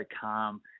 calm